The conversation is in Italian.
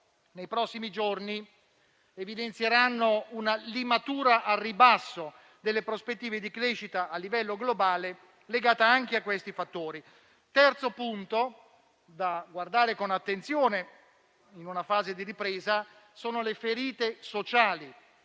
nei prossimi giorni evidenzieranno una limatura al ribasso delle prospettive di crescita a livello globale, legate anche a questi fattori. Il terzo punto da guardare con attenzione in una fase di ripresa sono le ferite sociali,